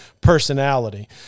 personality